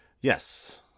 Yes